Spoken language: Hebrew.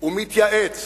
ומתייעץ